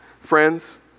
Friends